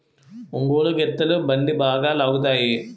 ఒంగోలు గిత్తలు బండి బాగా లాగుతాయి